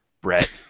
Brett